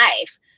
life